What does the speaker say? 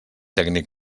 tècnic